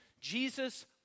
Jesus